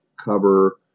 cover